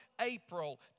April